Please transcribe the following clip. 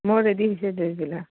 মই ৰেডি হৈছে